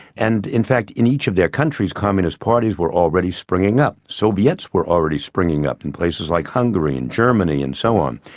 and in fact in each of their countries, communist parties were already springing up. soviets were already springing up in places like hungary and germany and so on.